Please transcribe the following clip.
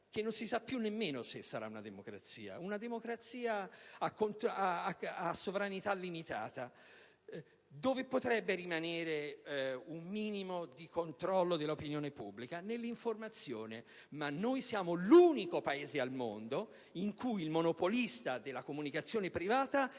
che non si sa più nemmeno se sarà tale o una democrazia a sovranità limitata. Dove potrebbe rimanere un minimo di controllo dell'opinione pubblica? Nell'informazione. Ma il nostro è l'unico Paese al mondo in cui il monopolista della comunicazione privata